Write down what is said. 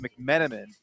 McMenamin